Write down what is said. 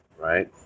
right